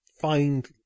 Find